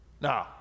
No